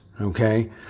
Okay